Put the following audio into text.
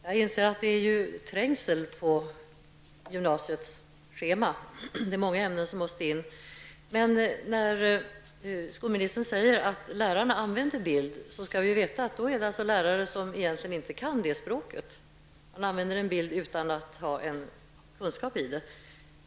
Herr talman! Jag inser att det är trängsel på gymnasiets schema. Det är många ämnen som måste in. Göran Persson säger att lärare använder en bilder, men vi skall då veta att det då är lärare som egentligen inte kan det språket. Man använder bild utan att ha kunskap i det.